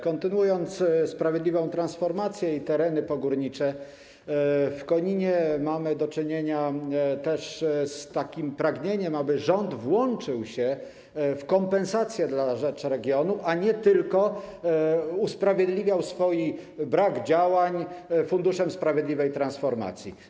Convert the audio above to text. Kontynuując temat sprawiedliwej transformacji i terenów pogórniczych: w Koninie mamy do czynienia też z pragnieniem, aby rząd włączył się w kompensację na rzecz regionu, a nie tylko usprawiedliwiał swój brak działań Funduszem Sprawiedliwej Transformacji.